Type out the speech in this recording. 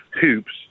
hoops